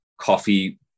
Coffee